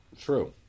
True